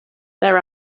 there